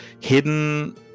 hidden